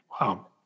Wow